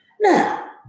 Now